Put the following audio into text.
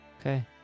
Okay